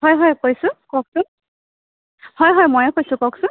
হয় হয় কৈছোঁ কওকচোন হয় হয় ময়ে কৈছোঁ কওকচোন